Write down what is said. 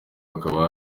hakaba